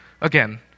again